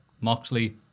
Moxley